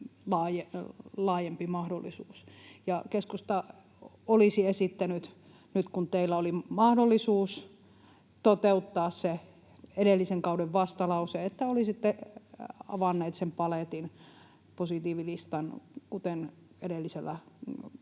mahdollisuus. Ja keskusta olisi esittänyt, nyt kun teillä oli mahdollisuus toteuttaa se edellisen kauden vastalause, että olisitte avanneet sen paletin, positiivilistan, kuten ennen